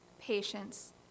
patience